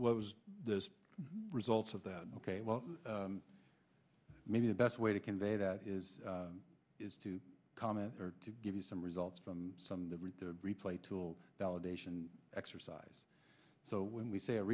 what was the results of that ok well maybe the best way to convey that is is to comment or to give you some results from some replay tool validation exercise so when we say a